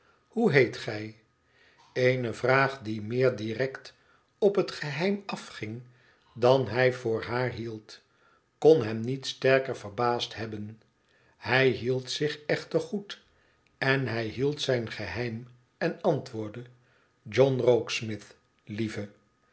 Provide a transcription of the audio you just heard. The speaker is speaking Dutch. hoe heet gij eene vraag die meer direct op het geheim afging dat hij voor haar hield kon hem niet sterker verbaasd hebben hij hield zich echter goed en hij hield zijn geheim en antwoordde john rokesmith lieve